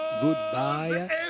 goodbye